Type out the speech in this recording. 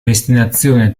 destinazione